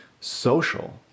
social